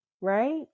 right